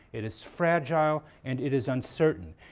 it is fragile and it is uncertain.